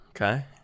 okay